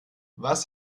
was